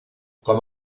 com